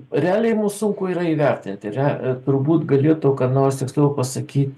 realiai mum sunku yra įvertinti yra turbūt galėtų ką nors tiksliau pasakyti